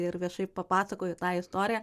ir viešai papasakojo tą istoriją